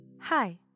Hi